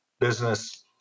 business